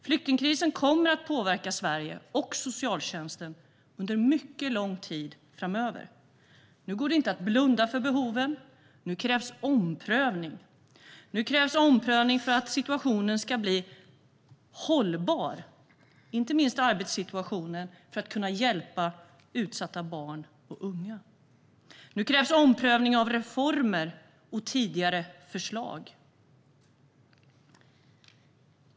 Flyktingkrisen kommer att påverka Sverige och socialtjänsten under mycket lång tid framöver. Nu går det inte att blunda för behoven. Nu krävs omprövning. Nu krävs omprövning för att situationen, inte minst arbetssituationen, ska bli hållbar så att vi kan hjälpa utsatta barn och unga. Nu krävs omprövning av reformer och tidigare förslag.